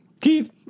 Keith